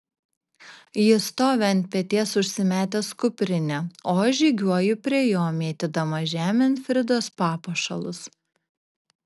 jis stovi ant peties užsimetęs kuprinę o aš žygiuoju prie jo mėtydama žemėn fridos papuošalus